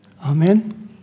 Amen